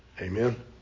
Amen